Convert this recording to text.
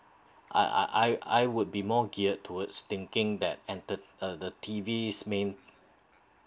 I I I I would be more geared towards thinking that uh entered the T_Vs main